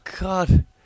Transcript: God